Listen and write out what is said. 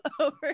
over